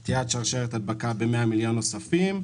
את קטיעת שרשרת ההדבקה ב-100 מיליון נוספים,